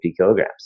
kilograms